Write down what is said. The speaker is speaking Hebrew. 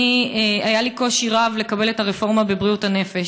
היה לי קושי רב לקבל את הרפורמה בבריאות הנפש.